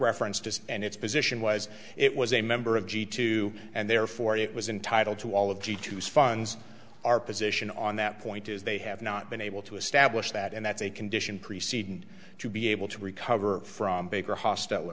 reference to and its position was it was a member of g two and therefore it was in title to all of g two sons our position on that point is they have not been able to establish that and that's a condition preceding to be able to recover from baker hostile